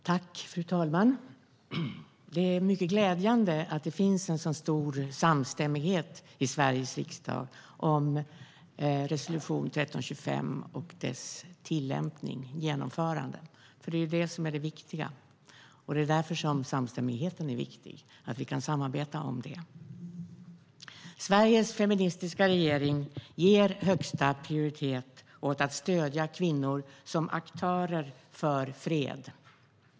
Fru talman! Det är mycket glädjande att det finns en sådan stor samstämmighet i Sveriges riksdag om resolution 1325 och dess tillämpning och genomförande. Det är det senare som är det viktiga, och det är därför samstämmigheten är viktig. Det är viktigt att vi kan samarbeta om detta. Sveriges feministiska regering ger högsta prioritet åt att stödja kvinnor som aktörer för fred.